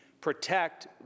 protect